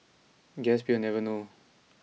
guess we will never know